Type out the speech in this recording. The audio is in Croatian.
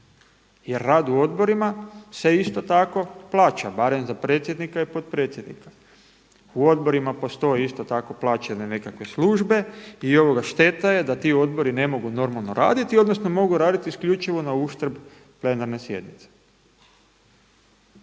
jer rad u odborima se isto tako plaća barem za predsjednika i potpredsjednika. U odborima postoji isto tako plaćene nekakve službe i šteta je da ti odbori ne mogu normalno raditi odnosno mogu raditi isključivo na uštrb plenarne sjednice.